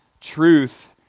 truth